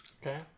Okay